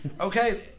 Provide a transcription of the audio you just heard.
Okay